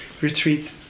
retreat